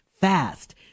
fast